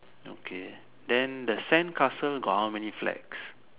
okay then the sandcastle got how many flags